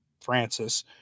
Francis